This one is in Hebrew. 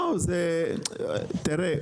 תראה,